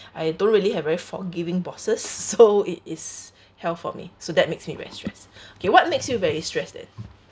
I don't really have very forgiving bosses so it is hell for me so that makes me very stress okay what makes you very stress eh